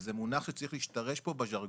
וזה מונח שצריך להשתרש פה בז'רגון.